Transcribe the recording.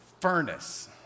furnace